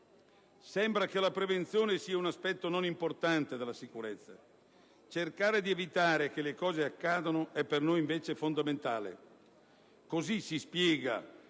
Sembra che la prevenzione sia un aspetto non importante della sicurezza. Cercare di evitare che le cose accadano è per noi invece fondamentale. Così si spiega,